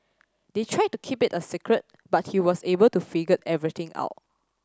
they tried to keep it a secret but he was able to figure everything out